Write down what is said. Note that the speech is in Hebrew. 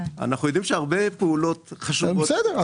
אנחנו יודעים שהרבה פעולות חשובות --- אז בסדר.